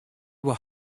were